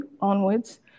onwards